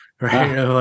Right